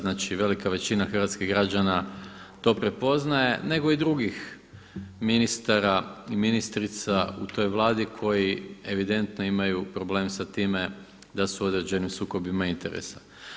Znači, velika većina hrvatskih građana to prepoznaje, nego i drugih ministara i ministrica u toj Vladi koji evidentno imaju problem sa time da su u određenim sukobima interesa.